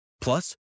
Plus